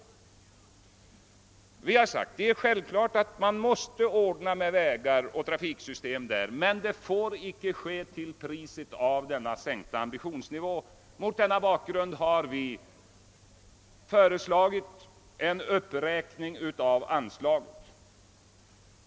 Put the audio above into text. Vi har sagt att vi anser det självklart att vägar och trafiksystem skapas i de stora befolkningscentra, men det får inte ske till priset av en sänkt ambitionsnivå på andra håll. Därför har vi föreslagit en uppräkning av anslaget.